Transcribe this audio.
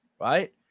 right